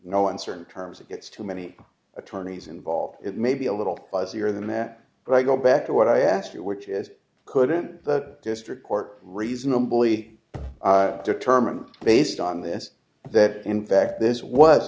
no uncertain terms it gets too many attorneys involved it may be a little classier than that but i go back to what i asked you which is couldn't that district court reasonably determine based on this that in fact this was